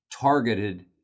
targeted